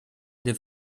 the